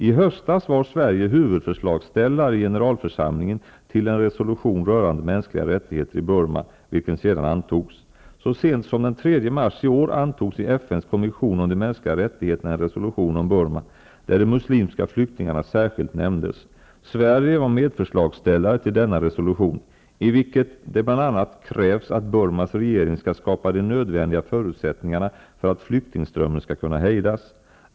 I höstas var Sverige huvudförslagsställare i Generalför samlingen till en resolution rörande mänskliga rättigheter i Burma, vilken sedan antogs. Så sent som den 3 mars i år antogs vid FN:s kommission om de mänskliga rättigheterna en resolution om Burma, där de muslimska flyk tingarna särskilt nämndes. Sverige var medförslagsställare till denna resolu tion, i vilken det bl.a. krävs att Burmas regering skall skapa de nödvändiga förutsättningarna för att flyktingströmmen skall kunna hejdas.